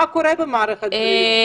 מה קורה במערכת הבריאות?